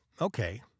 okay